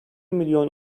milyon